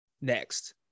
next